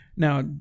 Now